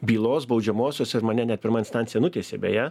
bylos baudžiamosios ir mane net pirma instancija nutiesė beje